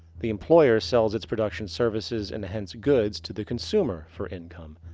the employer sells its production services and hence goods, to the consumer for income.